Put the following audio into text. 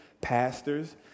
pastors